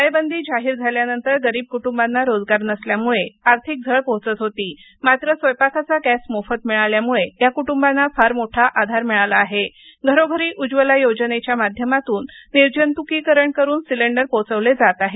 टाळेबंदी जाहीर झाल्यानंतर गरीब कुटुंबांना रोजगार नसल्यामुळे आर्थिक झळ पोहोचत होती मात्र स्वयंपाकाचा गॅस मोफत मिळाल्यामुळे ह्या कुटुंबांना फार मोठा आधार मिळाला आहे घरोघरी उज्वला योजनेच्या माध्यमातून निर्जंतुकीकरण करून सिलेंडर पोहोचविले जात आहेत